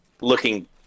looking